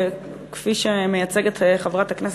כפי שמייצגת חברת הכנסת,